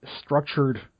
structured